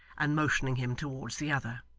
and motioning him towards the other.